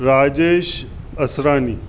Rajesh Asrani